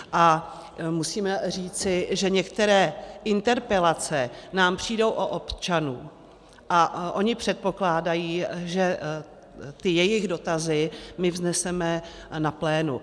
A musíme říci, že některé interpelace nám přijdou od občanů, a oni předpokládají, že jejich dotazy my vzneseme na plénu.